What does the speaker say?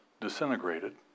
disintegrated